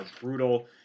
brutal